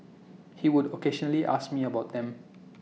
he would occasionally ask me about them